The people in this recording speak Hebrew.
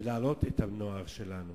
ולהעלות את הנוער שלנו